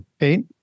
eight